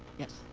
yes.